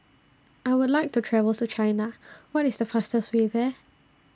I Would like to travel to China What IS The fastest Way There